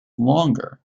longer